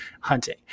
hunting